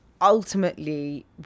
ultimately